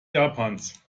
japans